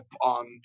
on